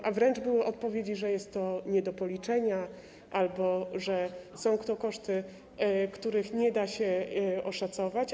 Były wręcz odpowiedzi, że jest to nie do policzenia, albo że są to koszty, których nie da się oszacować.